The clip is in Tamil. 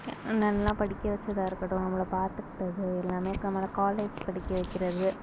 நல்லா படிக்க வச்சதாக இருக்கட்டும் நம்மளை பார்த்துக்கிட்டது எல்லாமே நம்மளை காலேஜ் படிக்க வைக்கிறது